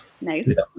nice